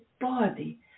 body